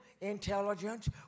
intelligence